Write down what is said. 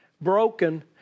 broken